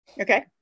Okay